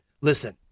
Listen